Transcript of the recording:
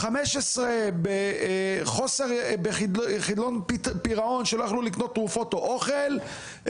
15 בחידלון פירעון שלא יכלו לקנות תרופות או אוכל,